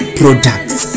products